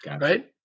right